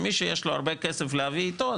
מי שיש לו הרבה כסף להביא איתו,